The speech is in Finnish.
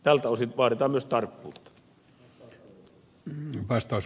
tältä osin vaaditaan myös tarkkuutta